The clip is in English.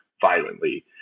violently